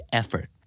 effort